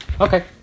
Okay